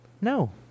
No